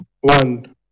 one